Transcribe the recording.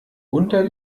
unter